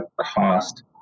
cost